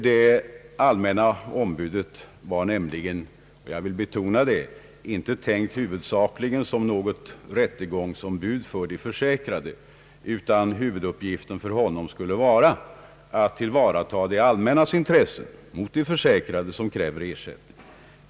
Det allmänna ombudet var nämligen — jag vill betona det — inte tänkt huvudsakligen som något rättegångsombud för de försäkrade, utan huvuduppgiften för honom skulle vara att tillvarata det allmän nas intresse mot de försäkrade som kräver ersättning.